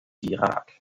irak